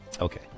Okay